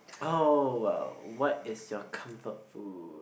oh whoa what is your comfort food